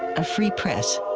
a free press,